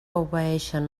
obeeixen